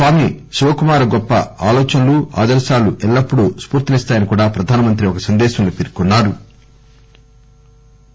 స్వామి శివకుమార గొప్ప ఆలోచనలు ఆదర్పాలు ఎల్లప్పుడు స్ఫూర్తినిస్తాయని కూడా ప్రధానమంత్రి ఒక సందేశంలో పేర్కొన్నారు